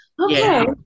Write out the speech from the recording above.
Okay